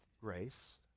grace